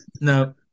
no